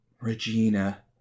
Regina